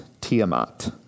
Tiamat